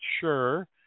sure